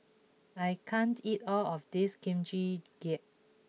I can't eat all of this Kimchi Jjigae